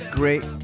great